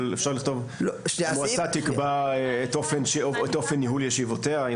אפשר לכתוב המועצה תקבע את אופן ניהול ישיבותיה.